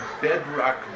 bedrock